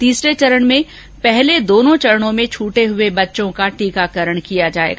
तीसरे चरण में पहले के दोनों चरणों में छूटे हए बच्चों का टीकाकरण किया जायेगा